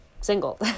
single